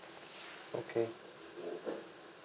okay